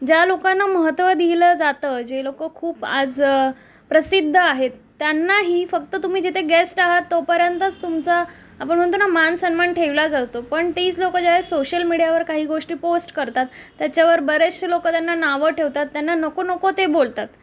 ज्या लोकांना महत्त्व दिलं जातं जे लोकं खूप आज प्रसिद्ध आहेत त्यांनाही फक्त तुम्ही जिथे गेस्ट आहात तोपर्यंतच तुमचा आपण म्हणतो ना मानसनमान ठेवला जावतो पण तेच लोकं ज्यावे सोशल मीडियावर काही गोष्टी पोस्ट करतात त्याच्यावर बरेचसे लोकं त्यांना नावं ठेवतात त्यांना नको नको ते बोलतात